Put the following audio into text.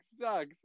sucks